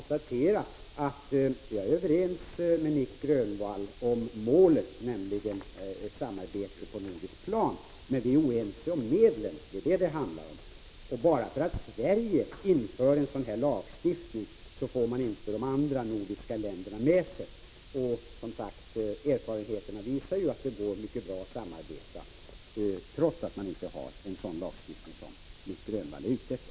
Så är vi nog överens, Nic Grönvall, om målet — ett närmare samarbete på det nordiska planet. Men vi är oense om medlen. Det är vad diskussionen handlar om. Även om vi i Sverige inför lagstiftning, får vi inte de andra nordiska länderna med oss. Erfarenheterna visar ju, som sagt, att det går mycket bra att samarbeta, trots att det inte finns en lagstiftning av det slag som Nic Grönvall efterlyser.